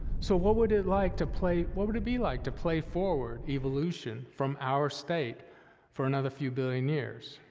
so what would it like to play, what would it be like to play forward evolution from our state for another few billion years?